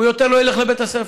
הוא יותר לא ילך לבית הספר.